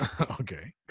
Okay